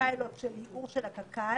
בפיילוט של ייעור של קק"ל,